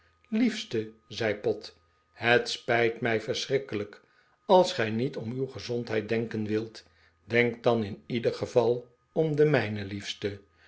liefste zei pott het spijt mij verschrikkelijk als gij niet om uw gezondheid denken wilt denk dan in ieder geval om mij liefste